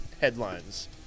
headlines